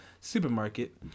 Supermarket